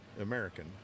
american